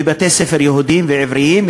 בבתי-ספר יהודיים ועבריים,